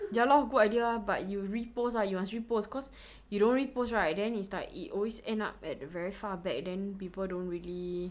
ya lor good idea ah but you repost ah you must repost cause you don't repost right then is like it always end up at the very far back then people don't really